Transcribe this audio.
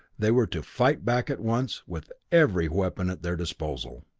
they were to fight back at once, with every weapon at their disposal.